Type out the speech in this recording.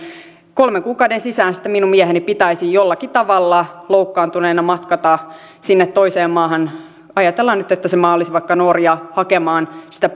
kolmen kuukauden sisään minun mieheni pitäisi jollakin tavalla loukkaantuneena matkata sinne toiseen maahan ajatellaan nyt että se maa olisi vaikka norja hakemaan sitä